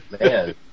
Man